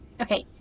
Okay